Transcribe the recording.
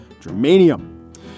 germanium